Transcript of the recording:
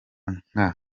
nka